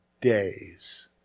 days